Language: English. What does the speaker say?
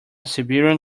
siberian